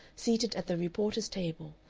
seated at the reporter's table,